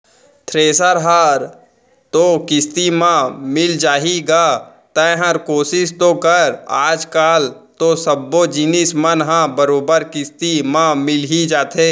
thresher हर तो किस्ती म मिल जाही गा तैंहर कोसिस तो कर आज कल तो सब्बो जिनिस मन ह बरोबर किस्ती म मिल ही जाथे